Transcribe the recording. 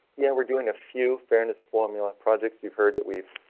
yeah, we're doing a few fairness formula projects. we've heard that we've.